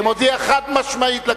זה ה-case.